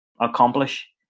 accomplish